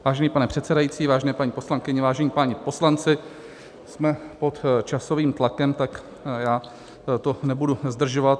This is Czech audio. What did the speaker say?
Vážený pane předsedající, vážené paní poslankyně, vážení páni poslanci, jsme pod časovým tlakem, tak já to nebudu zdržovat.